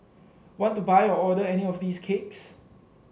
want to buy or order any of these cakes